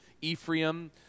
Ephraim